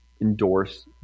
endorse